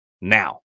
Now